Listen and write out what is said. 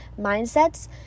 mindsets